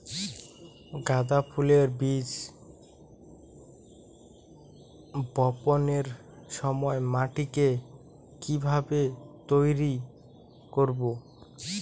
গাদা ফুলের বীজ বপনের সময় মাটিকে কিভাবে তৈরি করব?